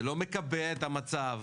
זה לא מקבע את המצב,